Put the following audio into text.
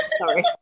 sorry